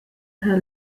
her